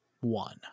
one